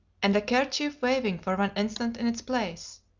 and a kerchief waving for one instant in its place.